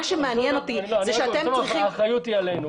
מה שמעניין אותי -- אני אומר שהאחריות היא עלינו,